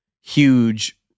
huge